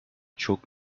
çok